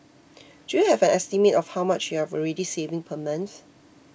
do you have an estimate of how much you're already saving per month